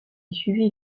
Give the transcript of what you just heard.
suivit